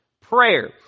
prayer